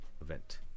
event